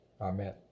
Amen